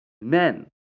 men